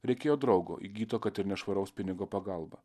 reikėjo draugo įgyto kad ir nešvaraus pinigo pagalba